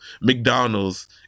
McDonald's